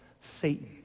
Satan